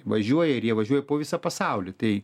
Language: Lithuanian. važiuoja ir jie važiuoja po visą pasaulį tai